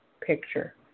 picture